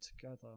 together